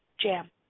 jam